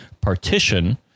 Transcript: partition